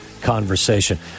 conversation